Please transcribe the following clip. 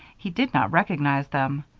he did not recognize them.